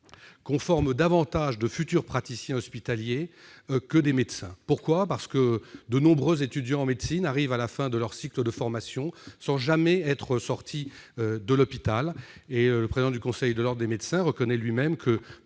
l'on forme davantage des praticiens hospitaliers que des médecins, de nombreux étudiants en médecine arrivant à la fin de leur cycle de formation sans jamais être sortis de l'hôpital. Le président du conseil de l'ordre des médecins reconnaît lui-même que